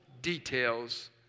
details